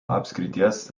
apskrities